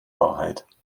wahrheit